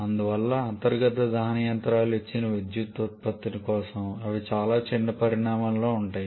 అందువల్ల అంతర్గత దహన యంత్రాలు ఇచ్చిన విద్యుత్ ఉత్పత్తి కోసం అవి చాలా చిన్న పరిమాణంలో ఉంటాయి